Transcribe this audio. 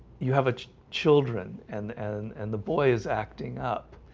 you have a children and and and the boy is acting up